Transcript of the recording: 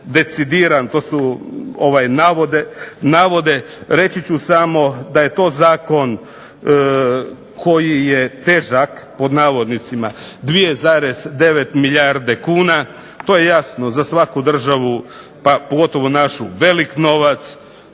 decidiram, to su, ovaj navode, reći ću samo da je to zakon koji je "težak", pod navodnicima, 2,9 milijarde kuna. To je jasno za svaku državu pa pogotovo našu velik novac,